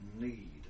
need